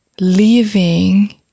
leaving